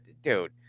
dude